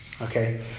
Okay